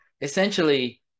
Essentially